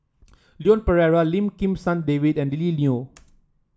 Leon Perera Lim Kim San David and Lily Neo